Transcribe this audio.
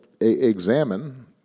examine